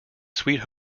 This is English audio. sweet